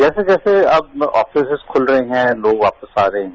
जैसे जैसे अब आफिसेज खुल रहे हैं तोग आफिस आ रहे हैं